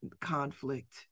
conflict